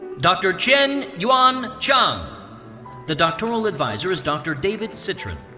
dr. chien-yuan chang. the doctoral advisor is dr. david citrin.